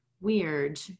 weird